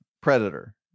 predator